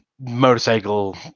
motorcycle